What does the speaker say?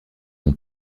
mon